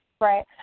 Right